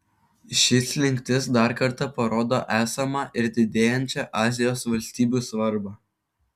ši slinktis dar kartą parodo esamą ir didėjančią azijos valstybių svarbą